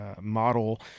model